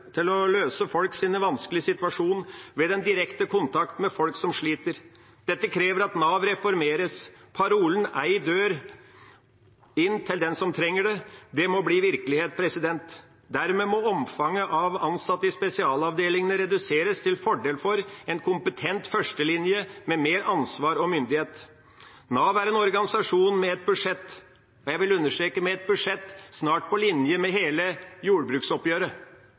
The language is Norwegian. løse folks vanskelige situasjon ved en direkte kontakt med folk som sliter. Dette krever at Nav reformeres. Parolen «ei dør inn til den som trenger det» må bli virkelighet. Dermed må omfanget av ansatte i spesialavdelingene reduseres til fordel for en kompetent førstelinje med mer ansvar og myndighet. Nav er en organisasjon med et budsjett – og jeg vil understreke det – snart på linje med hele jordbruksoppgjøret,